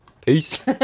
Peace